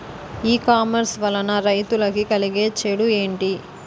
E commerce వలన రైతులకి కలిగే చెడు ఎంటి?